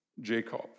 Jacob